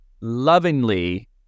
lovingly